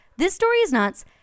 thisstoryisnuts